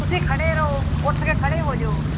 ਤੁਸੀਂ ਖੜ੍ਹੇ ਰਹੋ ਉੱਠ ਕੇ ਖੜ੍ਹੇ ਹੋ ਜਾਓ